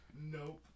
Nope